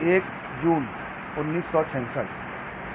ایک جون انیس سو چھسٹھ